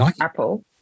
Apple